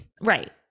Right